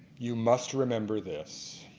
you must remember this.